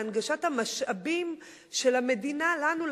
להנגשת המשאבים של המדינה לנו,